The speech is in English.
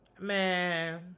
man